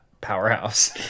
powerhouse